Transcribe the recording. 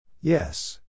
Yes